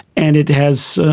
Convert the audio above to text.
and it has,